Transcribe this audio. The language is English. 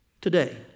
today